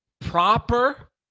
Proper